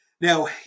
now